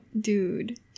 dude